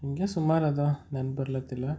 ಹೀಗೆ ಸುಮಾರು ಅದ ನೆನ್ಪು ಬರ್ಲಾತಿಲ್ಲ